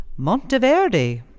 Monteverdi